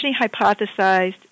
hypothesized